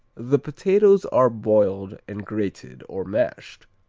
the potatoes are boiled and grated or mashed.